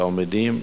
תלמידים,